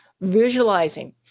Visualizing